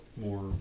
more